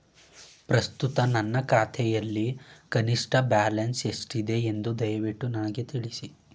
ಪ್ರಸ್ತುತ ನನ್ನ ಖಾತೆಯಲ್ಲಿ ಕನಿಷ್ಠ ಬ್ಯಾಲೆನ್ಸ್ ಎಷ್ಟಿದೆ ಎಂದು ದಯವಿಟ್ಟು ನನಗೆ ತಿಳಿಸಿ